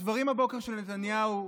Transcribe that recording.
הדברים הבוקר של נתניהו,